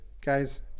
guys